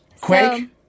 Quake